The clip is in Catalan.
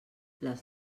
les